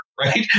right